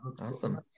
Awesome